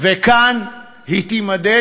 וכאן היא תימדד.